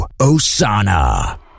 Osana